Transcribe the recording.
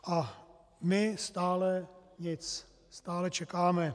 A my stále nic, stále čekáme.